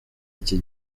iki